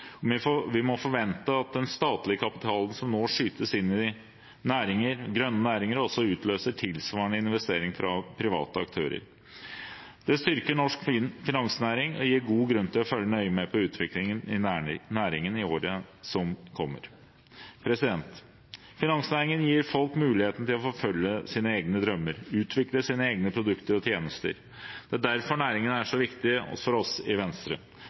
Vi må forvente at den statlige kapitalen som nå skytes inn i grønne næringer, også utløser tilsvarende investeringer fra private aktører. Det styrker norsk finansnæring, og gir god grunn til å følge nøye med på utviklingen i næringen i året som kommer. Finansnæringen gir folk muligheten til å følge sine egne drømmer og utvikle sine egne produkter og tjenester. Det er derfor næringen er så viktig for oss i Venstre.